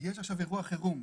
יש עכשיו אירוע חירום,